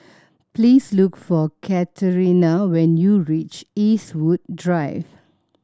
please look for Katharina when you reach Eastwood Drive